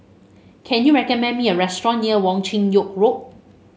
can you recommend me a restaurant near Wong Chin Yoke Road